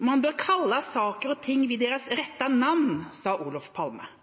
«Man bör kalla saker och ting vid deras rätta namn», sa Olof Palme.